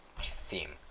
theme